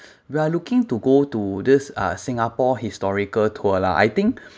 we are looking to go to this uh singapore historical tour lah I think